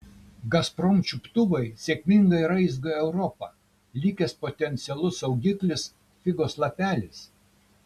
gazprom čiuptuvai sėkmingai raizgo europą likęs potencialus saugiklis figos lapelis